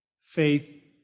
faith